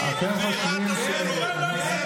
רק עילת הסבירות?